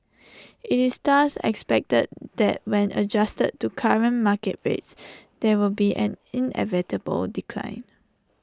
IT is thus expected that when adjusted to current market rates there would be an inevitable decline